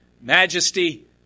majesty